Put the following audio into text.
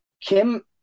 Kim